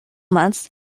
months